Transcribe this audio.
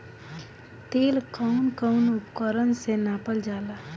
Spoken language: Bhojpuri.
तेल कउन कउन उपकरण से नापल जाला?